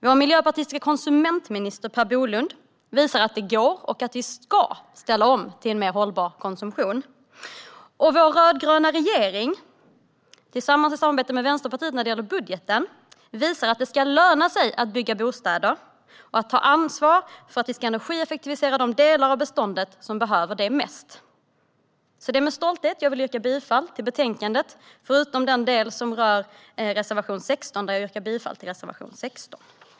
Vår miljöpartistiske konsumentminister Per Bolund visar att det går och att vi ska ställa om till en mer hållbar konsumtion. Vår rödgröna regering, i samarbete med Vänsterpartiet när det gäller budgeten, visar att det ska löna sig att bygga bostäder och att ta ansvar för att energieffektivisera de delar av beståndet som behöver det mest. Det är med stolthet jag vill yrka bifall till förslaget i betänkandet, förutom i den del som rör reservation 16. Jag yrkar bifall till reservation 16.